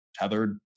tethered